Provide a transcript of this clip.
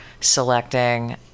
selecting